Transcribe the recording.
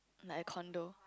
like a condo